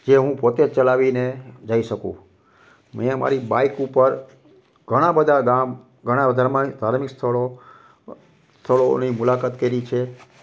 જે હું પોતે ચલાવીને જઈ શકું મે મારી બાઇક ઉપર ઘણાબધા ગામ ઘણાબધા અમા ધાર્મિકસ્થળો સ્થળોની મુલાકાત કરી છે